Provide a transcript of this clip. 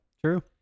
True